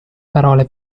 parole